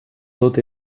tot